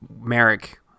Merrick